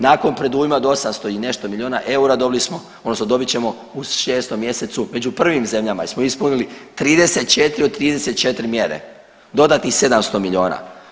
Nakon predujma od 800 i nešto milijuna eura dobili smo odnosno dobit ćemo u 6. mj. među prvim zemljama jer smo ispunili 34 mjere, dodatnih 700 milijuna.